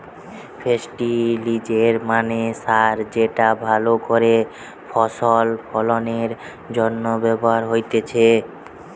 ফেস্টিলিজের মানে সার যেটা ভালো করে ফসল ফলনের জন্য ব্যবহার হতিছে